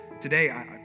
Today